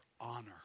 honor